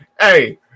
hey